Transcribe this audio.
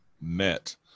met